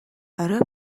орой